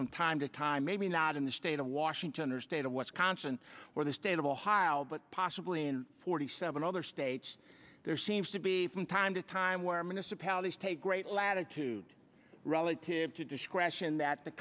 from time to time maybe not in the state of washington or state of wisconsin or the state of ohio but possibly in forty seven other states there seems to be from time to time where municipalities take great latitude relative to discretion that the